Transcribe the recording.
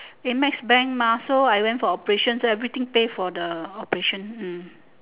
A_M_E_X bank mah so I went for operations everything pay for the operation hmm